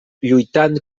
lluitant